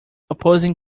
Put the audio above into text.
opposing